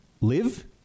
live